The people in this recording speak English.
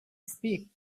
speak